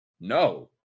No